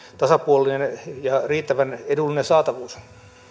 tasapuolinen ja riittävän edullinen saatavuus